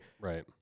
Right